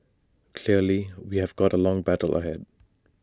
clearly we've got A long battle ahead